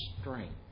strength